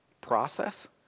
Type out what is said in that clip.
process